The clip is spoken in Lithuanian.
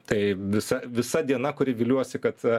tai visa visa diena kuri viliuosi kad a